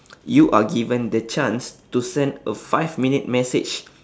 you are given the chance to send a five minute message